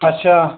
अच्छा